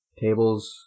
tables